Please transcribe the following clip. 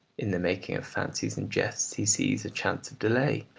in the making of fancies and jests he sees a chance of delay.